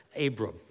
Abram